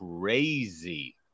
crazy